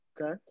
Okay